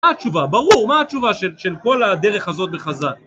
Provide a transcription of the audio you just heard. מה התשובה? ברור, מה התשובה של כל הדרך הזאת בחז"ל?